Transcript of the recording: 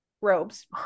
robes